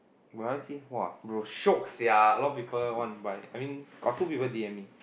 sia a lot of people want buy I mean got two people D M me